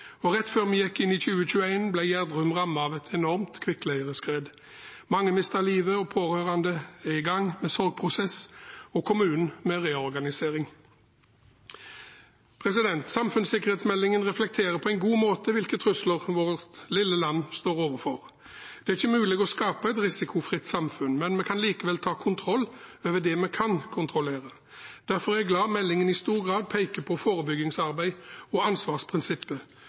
Rett før vi gikk inn i 2021, ble Gjerdrum rammet av et enormt kvikkleireskred. Mange mistet livet. Pårørende er i gang med sorgprosess og kommunen med reorganisering. Samfunnssikkerhetsmeldingen reflekterer på en god måte hvilke trusler vårt lille land står overfor. Det er ikke mulig å skape et risikofritt samfunn, men vi kan likevel ta kontroll over det vi kan kontrollere. Derfor er jeg glad meldingen i stor grad peker på forebyggingsarbeid og ansvarsprinsippet.